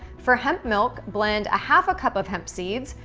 for hemp milk, blend a half a cup of hemp seeds,